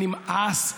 נמאס.